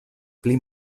pli